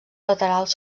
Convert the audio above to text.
laterals